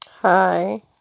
Hi